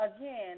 Again